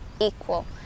equal